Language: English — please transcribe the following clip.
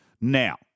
Now